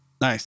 Nice